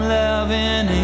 loving